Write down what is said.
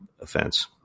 offense